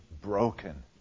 broken